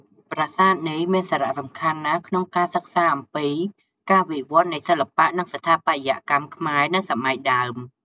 ប្រាសាទនេះមានសារៈសំខាន់ណាស់ក្នុងការសិក្សាអំពីការវិវឌ្ឍន៍នៃសិល្បៈ និងស្ថាបត្យកម្មខ្មែរនៅសម័យដើម។